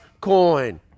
coin